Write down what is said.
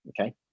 okay